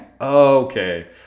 okay